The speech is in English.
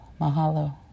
Mahalo